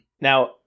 Now